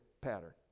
pattern